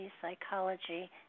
psychology